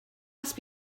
must